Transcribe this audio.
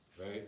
right